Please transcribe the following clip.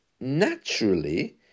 naturally